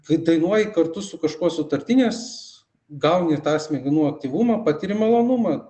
kai dainuoji kartu su kažkuo sutartines gauni tą smegenų aktyvumą patiri malonumą